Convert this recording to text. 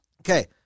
Okay